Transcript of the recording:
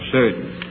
certain